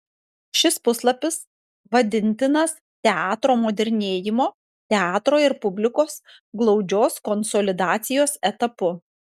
šis puslapis vadintinas teatro modernėjimo teatro ir publikos glaudžios konsolidacijos etapu